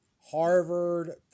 harvard